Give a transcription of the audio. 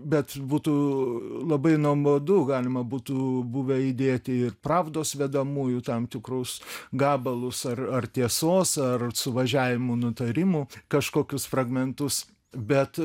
bet būtų labai nuobodu galima būtų buvę įdėti ir pravdos vedamųjų tam tikrus gabalus ar ar tiesos ar suvažiavimų nutarimų kažkokius fragmentus bet